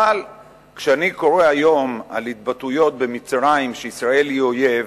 אבל כשאני קורא היום על התבטאויות במצרים שישראל היא אויב,